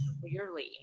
clearly